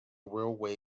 railway